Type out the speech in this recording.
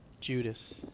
Judas